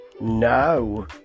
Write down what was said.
No